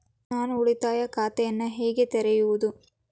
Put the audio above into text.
ನಾನು ಉಳಿತಾಯ ಖಾತೆಯನ್ನು ಹೇಗೆ ತೆರೆಯುವುದು?